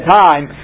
time